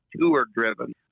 tour-driven